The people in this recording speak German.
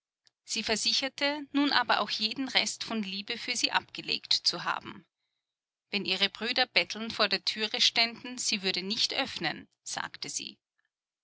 sie versicherte nun aber auch jeden rest von liebe für sie abgelegt zu haben wenn ihre brüder bettelnd vor der türe ständen sie würde nicht öffnen sagte sie